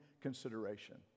consideration